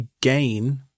gain